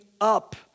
up